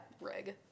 rig